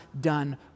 done